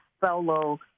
fellow